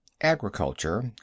Agriculture